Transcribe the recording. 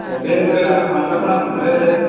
बे गोरा खालामग्राखौ नांगौमोनलै